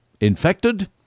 infected